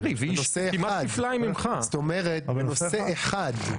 בנושא אחד.